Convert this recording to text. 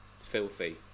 filthy